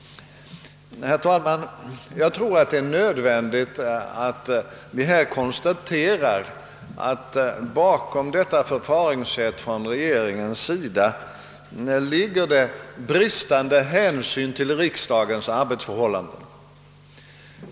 : Herr talman! Jag tror det är nödvändigt att vi konstaterar, att bakom detta regeringens förfaringssätt ligger otillräcklig hänsyn till riksdagens arbetsförhållanden.